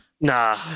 Nah